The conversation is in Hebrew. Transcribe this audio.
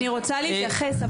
אני רוצה להתייחס,